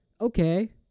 okay